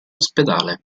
ospedale